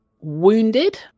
wounded